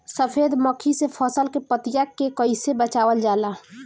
सफेद मक्खी से फसल के पतिया के कइसे बचावल जाला?